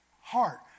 heart